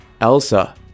Elsa